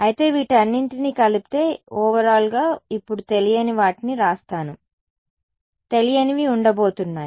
అయితే వీటన్నింటిని కలిపితే ఓవరాల్ గా ఇప్పుడు తెలియని వాటిని వ్రాస్తాను తెలియనివి ఉండబోతున్నాయి